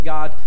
God